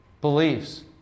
beliefs